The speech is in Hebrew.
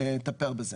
לטפל בהם.